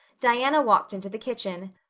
diana walked into the kitchen.